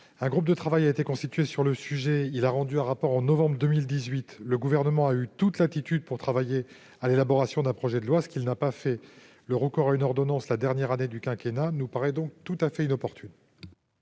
Un groupe de travail constitué sur le sujet a rendu un rapport en novembre 2018 : le Gouvernement a eu toute latitude pour travailler à l'élaboration d'un projet de loi, ce qu'il n'a pas fait. Le recours à une ordonnance la dernière année du quinquennat nous paraît, dès lors, tout à fait inopportun.